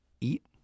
eat